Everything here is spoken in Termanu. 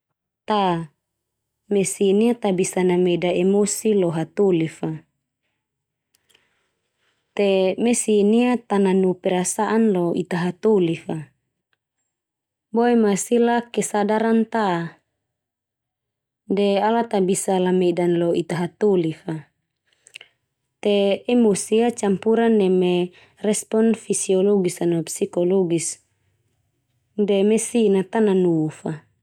Ta, mesin ia ta bisa nameda emosi lo hatoli fa. Te mesin ia ta nanu perasaan lo ita hatoli fa, boe ma sila kesadaran ta. De ala ta bisa lamedan lo ita hatoli fa. Te emosi ia campuran neme respon fisologis no psikologis, de mesin a ta nanu fa.